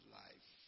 life